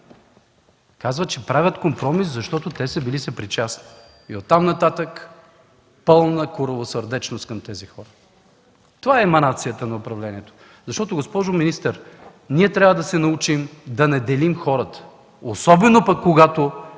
казва, че правят компромис, защото били съпричастни?! И оттам нататък пълна коравосърдечност към тези хора. Това е еманацията на управлението Ви. Госпожо министър, трябва да се научим да не делим хората, особено когато